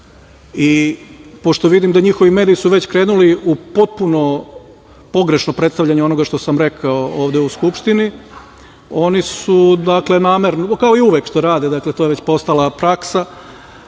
i pošto vidim da su njihovi mediji već krenuli i potpuno pogrešno predstavljanje onoga što sam rekao ovde u Skupštini… Oni su, dakle, namerno, kao i uvek što rade, dakle to je već postala praksa,